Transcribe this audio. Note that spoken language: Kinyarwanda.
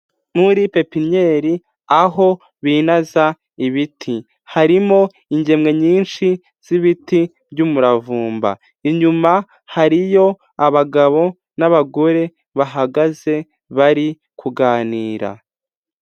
Muri pepeniyeri aho binaza ibiti, harimo ingemwe nyinshi z'ibiti by'umuravumba, inyuma hariyo abagabo n'abagore bahagaze bari kuganira.